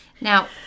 Now